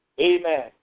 Amen